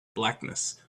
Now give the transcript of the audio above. blackness